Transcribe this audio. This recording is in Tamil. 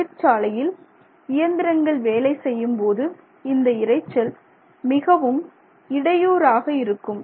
தொழிற்சாலையில் இயந்திரங்கள் வேலை செய்யும்போது இந்த இரைச்சல் மிகவும் இடையூறாக இருக்கும்